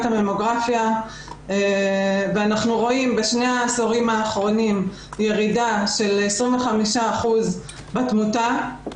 הממוגרפיה ואנחנו רואים בשני העשורים האחרונים ירידה של 25% בתמותה.